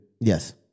Yes